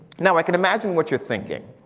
now i can imagine what you're thinking.